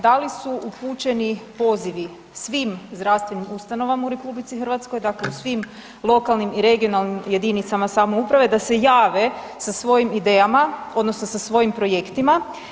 Da li su upućeni pozivi svim zdravstvenim ustanovama u RH, dakle u svim lokalnim i regionalnim jedinicama samouprave da se jave sa svojim idejama odnosno sa svojim projektima?